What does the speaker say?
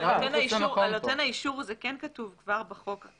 על נותן האישור זה כן כתוב בתקנות.